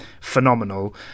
phenomenal